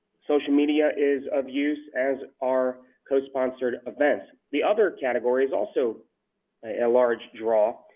social media is of use, as are co-sponsored events. the other category is also a large draw,